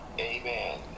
Amen